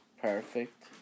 perfect